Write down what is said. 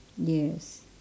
yes